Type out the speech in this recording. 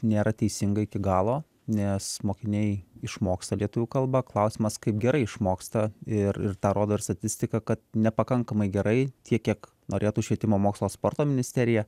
nėra teisinga iki galo nes mokiniai išmoksta lietuvių kalbą klausimas kaip gerai išmoksta ir ir tą rodo ir statistika kad nepakankamai gerai tiek kiek norėtų švietimo mokslo ir sporto ministerija